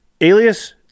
Alias